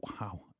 wow